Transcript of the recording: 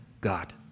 God